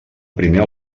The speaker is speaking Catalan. primer